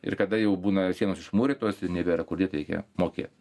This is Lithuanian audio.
ir kada jau būna sienos išmūrytos ir nebėra kur dėt reikia mokėt